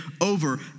over